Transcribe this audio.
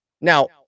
Now